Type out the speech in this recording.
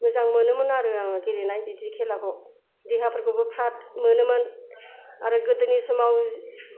मोजां मोनोमोन आरो आङो गेलेनाय बिदि खेलाखौ देहाफोरखौबो फ्राद मोनोमोन आरो गोदोनि समाव